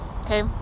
Okay